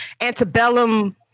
antebellum